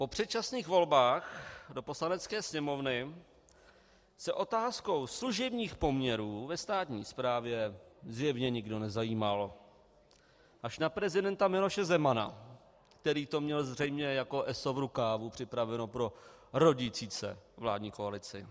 Po předčasných volbách do Poslanecké sněmovny se o otázku služebních poměrů ve státní správě zjevně nikdo nezajímal, až na prezidenta Miloše Zemana, který to měl zřejmě jako eso v rukávu připraveno pro rodící se vládní koalici.